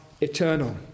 eternal